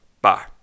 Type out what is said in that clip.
Bye